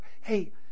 hey